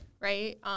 Right